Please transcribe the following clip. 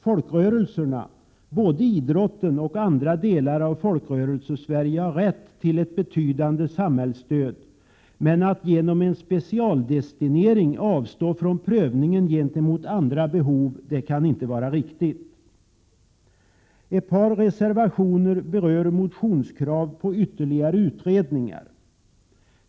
Folkrörelserna, både idrotten och andra delar av Folkrörelsesverige, har rätt till ett betydande samhällsstöd. Men att genom en specialdestinering avstå från prövningen gentemot andra behov kan inte vara riktigt. 149 Ett par reservationer berör motionskrav på ytterligare utredningar.